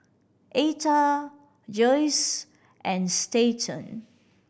Etha Joesph and Stanton